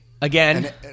Again